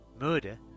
Murder